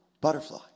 butterfly